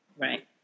Right